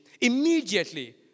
immediately